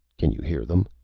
can you hear them?